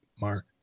mark